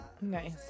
nice